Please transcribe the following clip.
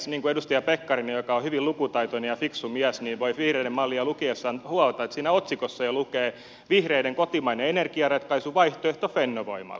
niin kuin edustaja pekkarinen joka on hyvin lukutaitoinen ja fiksu mies voi vihreiden mallia lukiessaan huomata että siinä otsikossa jo lukee vihreiden kotimainen energiaratkaisu vaihtoehto fennovoimalle